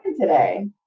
today